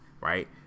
right